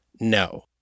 No